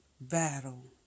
battle